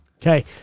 Okay